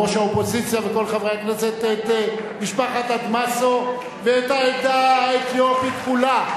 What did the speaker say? ראש האופוזיציה וכל חברי הכנסת את משפחת אדמסו ואת העדה האתיופית כולה,